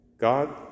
God